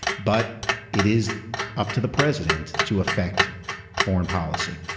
but it is up to the president to affect foreign policy.